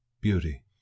Beauty